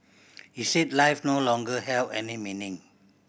he said life no longer held any meaning